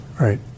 right